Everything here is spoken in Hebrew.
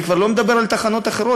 ואני כבר לא מדבר על תחנות אחרות,